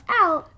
out